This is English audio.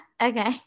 Okay